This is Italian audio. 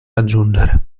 raggiungere